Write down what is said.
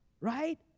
Right